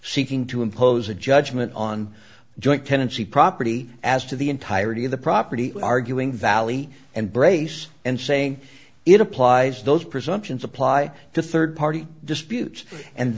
seeking to impose a judgement on joint tenancy property as to the entirety of the property arguing valley and brace and saying it applies those presumptions apply to third party disputes and